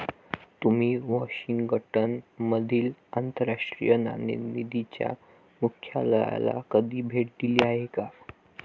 तुम्ही वॉशिंग्टन मधील आंतरराष्ट्रीय नाणेनिधीच्या मुख्यालयाला कधी भेट दिली आहे का?